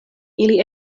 ili